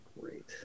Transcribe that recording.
Great